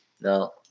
No